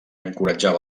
encoratjava